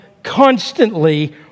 Constantly